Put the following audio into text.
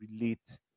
relate